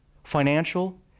Financial